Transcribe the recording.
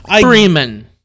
Freeman